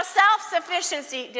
self-sufficiency